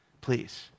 please